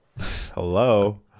Hello